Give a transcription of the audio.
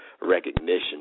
recognition